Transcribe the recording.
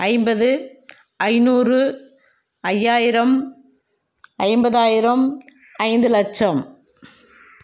ஐம்பது ஐநூறு ஐயாயிரம் ஐம்பதாயிரம் ஐந்து லட்சம்